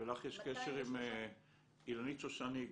לך יש קשר עם אילנית שושני?